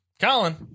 Colin